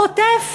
חוטף.